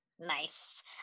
Nice